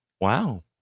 wow